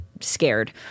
scared